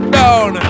down